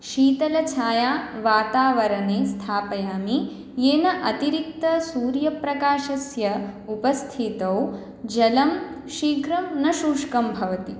शीतलच्छायावातावरणे स्थापयामि येन अतिरिक्तसूर्यप्रकाशस्य उपस्थितौ जलं शीघ्रं न शुष्कं भवति